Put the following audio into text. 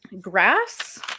grass